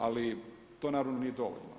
Ali to naravno nije dovoljno.